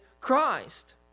Christ